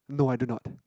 no I do not